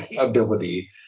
ability